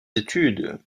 études